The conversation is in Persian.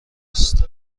است